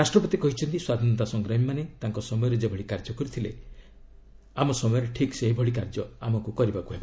ରାଷ୍ଟ୍ରପତି କହିଛନ୍ତି ସ୍ୱାଧୀନତା ସଂଗ୍ରାମୀମାନେ ତାଙ୍କ ସମୟରେ ଯେଭଳି କାର୍ଯ୍ୟ କରିଥିଲେ ଆମ ସମୟରେ ଠିକ୍ ସେହିଭଳି କାର୍ଯ୍ୟ କରିବାକୁ ହେବ